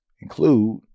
include